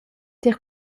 tier